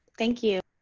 thank you.